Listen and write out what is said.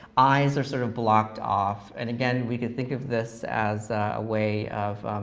eyes are sort of blocked off, and again, we can think of this as a way of